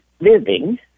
living